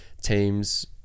teams